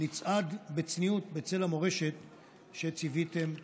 נצעד בצניעות בצל המורשת שציוויתם לנו.